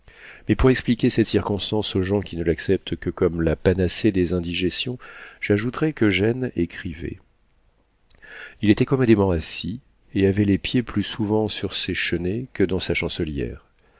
mais pour expliquer cette circonstance aux gens qui ne l'acceptent que comme la panacée des indigestions j'ajouterai qu'eugène écrivait il était commodément assis et avait les pieds plus souvent sur ses chenets que dans sa chancelière